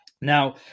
Now